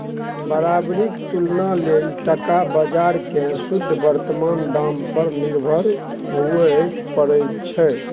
बराबरीक तुलना लेल टका बजार केँ शुद्ध बर्तमान दाम पर निर्भर हुअए परै छै